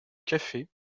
café